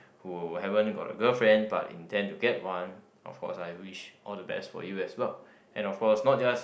who haven't got a girlfriend but intent to get one of course I wish all the best for you as well and of course not just